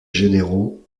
généraux